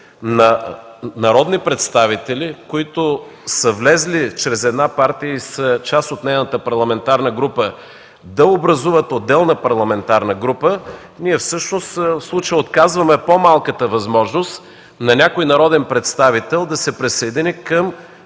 на народни представители, които са влезли чрез една партия и са част от нейната парламентарна група – да образуват отделна парламентарна група. В случая всъщност ние отказваме по-малката възможност на някой народен представител да се присъедини към